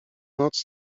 noc